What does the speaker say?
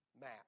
MAP